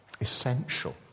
Essential